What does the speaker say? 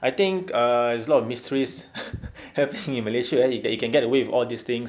I think uh it's a lot of mysteries happening in malaysia eh you can get away with all these things